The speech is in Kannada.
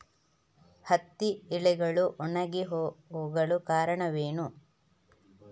ಹತ್ತಿ ಎಲೆಗಳು ಒಣಗಿ ಹೋಗಲು ಕಾರಣವೇನು?